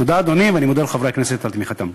תודה, אדוני, ואני מודה לחברי הכנסת על תמיכתם.